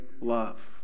love